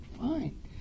fine